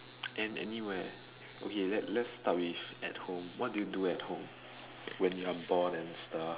and anywhere okay let let's start with at home what do you do at home when you're bored and stuff